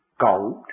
gold